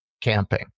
camping